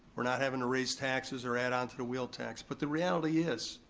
we're not having to raise taxes or add onto the wheel tax, but the reality is,